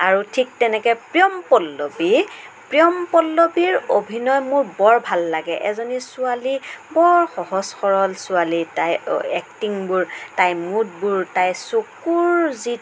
আৰু ঠিক তেনেকৈ প্ৰিয়ম পল্লৱী প্ৰিয়ম পল্লৱীৰ অভিনয় মোৰ বৰ ভাল লাগে এজনী ছোৱালী বৰ সহজ সৰল ছোৱালী তাইৰ এক্টিংবোৰ তাইৰ মোদবোৰ তাইৰ চকুৰ যিটো